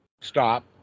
stop